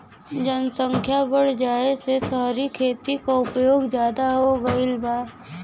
जनसख्या बढ़ जाये से सहरी खेती क उपयोग जादा हो गईल बा